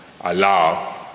allow